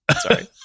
Sorry